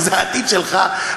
שזה העתיד שלך,